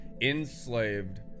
enslaved